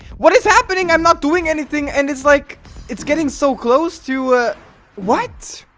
what is happening? i'm not doing anything and it's like it's getting so close to ah what?